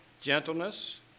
gentleness